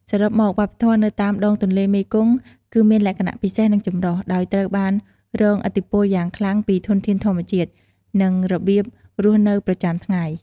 សរុបមក វប្បធម៌នៅតាមដងទន្លេមេគង្គគឺមានលក្ខណៈពិសេស និងចម្រុះ ដោយត្រូវបានរងឥទ្ធិពលយ៉ាងខ្លាំងពីធនធានធម្មជាតិ និងរបៀបរស់នៅប្រចាំថ្ងៃ។